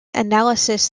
analysis